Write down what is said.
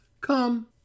Come